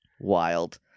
wild